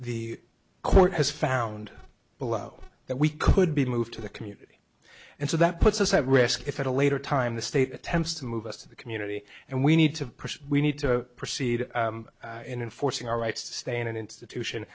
the court has found below that we could be moved to the community and so that puts us at risk if at a later time the state attempts to move us to the community and we need to push we need to proceed in enforcing our rights to stay in an institution